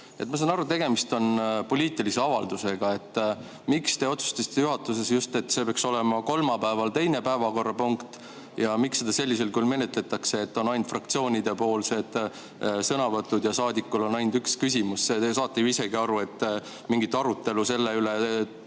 Ma saan aru, et tegemist on poliitilise avaldusega. Miks te otsustasite juhatuses just nii, et see peaks olema kolmapäeval teine päevakorrapunkt? Ja miks seda sellisel kujul menetletakse, et on ainult fraktsioonide esindajate sõnavõtud ja igal saadikul on ainult üks küsimus? Te saate ju isegi aru, et mingit arutelu selle üle